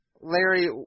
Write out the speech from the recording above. Larry